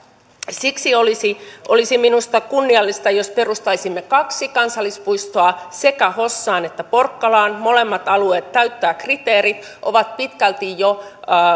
siksi olisi olisi minusta kunniallista jos perustaisimme kaksi kansallispuistoa sekä hossaan että porkkalaan molemmat alueet täyttävät kriteerit ovat pitkälti jo